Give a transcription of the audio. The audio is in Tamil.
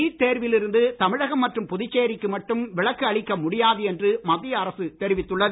நீட் தேர்வில் இருந்து தமிழகம் மற்றும் புதுச்சேரிக்கு மட்டும் விலக்கு அளிக்க முடியாது என்று மத்திய அரசு தெரிவித்துள்ளது